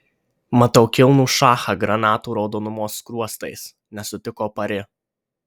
matau kilnų šachą granatų raudonumo skruostais nesutiko pari